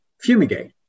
fumigate